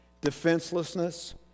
Defenselessness